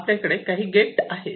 आपल्याकडे काही गेट आहेत